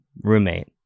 roommate